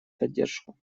поддержку